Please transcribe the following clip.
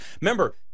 remember